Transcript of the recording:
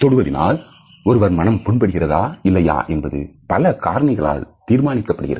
தொடுவதினால் ஒருவர் மனம் புன்படுகிறதா இல்லையா என்பது பல காரணிகளால் தீர்மானிக்கப்படுகிறது